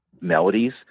melodies